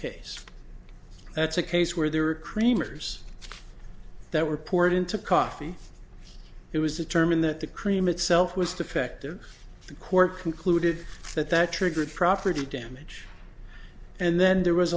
case that's a case where there were creamers that were poured into coffee it was determined that the cream itself was defective the court concluded that that triggered property damage and then there was